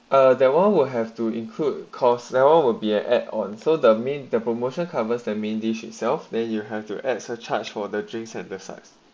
uh that one will have to include course level will be an add on so the main the promotion covers the main dish itself then you have to add surcharged for the drinks and the size